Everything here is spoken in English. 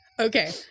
Okay